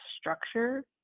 structure